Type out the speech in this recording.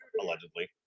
allegedly